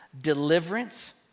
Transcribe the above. deliverance